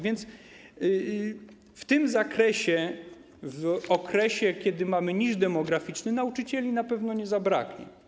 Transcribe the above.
W tym zakresie w okresie, kiedy mamy niż demograficzny, nauczycieli na pewno nie zabraknie.